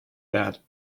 that